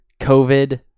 COVID